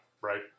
right